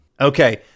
Okay